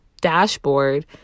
dashboard